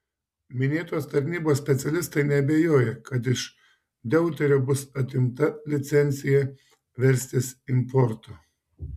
minėtos tarnybos specialistai neabejoja kad iš deuterio bus atimta licencija verstis importu